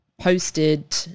posted